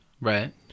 Right